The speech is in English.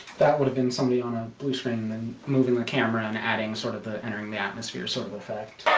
that would have been somebody on a blue screen and moving the camera and adding sort of the entering the atmosphere sort of effect